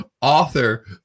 author